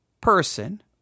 person